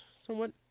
somewhat